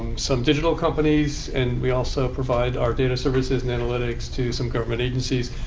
some digital companies and we also provide our data services and analytics to some government agencies,